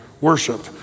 worship